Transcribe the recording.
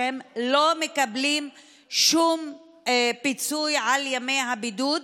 שלא מקבלים שום פיצוי על ימי הבידוד.